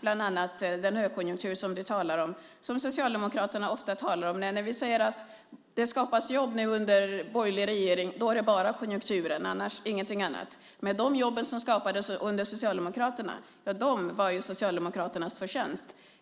bland annat förlänga den högkonjunktur som han talar om. Den talar Socialdemokraterna ofta om. När vi säger att det skapas jobb nu under borgerlig regering beror det bara på konjunkturen och ingenting annat. De jobb som skapades under Socialdemokraternas regering var Socialdemokraternas förtjänst.